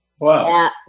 Wow